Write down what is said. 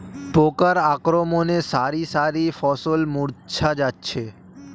পোকার আক্রমণে শারি শারি ফসল মূর্ছা যাচ্ছে